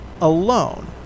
alone